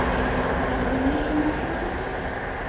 master has no need for my services?